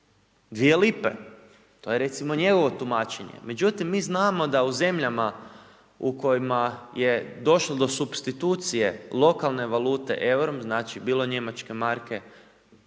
2 lipe, to je recimo njegovo tumačenje. Međutim mi znamo da u zemljama da u zemljama u kojima je došlo do supstitucije lokalne valute EUR-om znači bilo njemačke marke